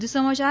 વધુ સમાચાર